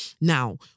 Now